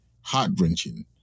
heart-wrenching